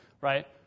right